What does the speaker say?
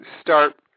start